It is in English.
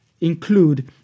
include